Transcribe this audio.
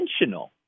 intentional